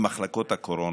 במחלקות הקורונה.